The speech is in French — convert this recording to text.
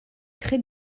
très